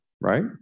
right